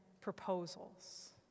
proposals